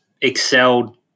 excelled